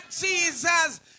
Jesus